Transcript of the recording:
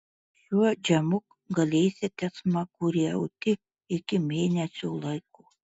šiuo džemu galėsite smaguriauti iki mėnesio laiko